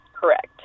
Correct